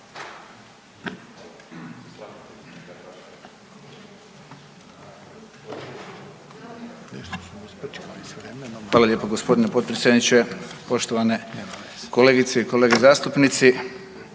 Hvala lijepo gospodine potpredsjedniče, poštovane kolegice i kolege zastupnici.